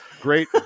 great